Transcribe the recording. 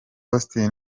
austin